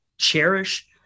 cherish